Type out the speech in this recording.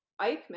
Eichmann